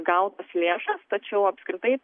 gautas lėšas tačiau apskritai